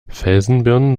felsenbirnen